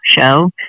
show